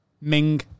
Ming